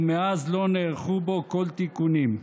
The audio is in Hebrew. ומאז לא נערכו בו כל תיקונים.